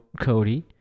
cody